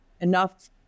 enough